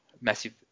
massive